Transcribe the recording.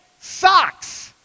Socks